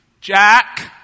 Jack